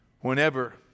Whenever